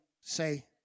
say